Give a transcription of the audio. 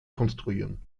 konstruieren